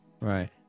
Right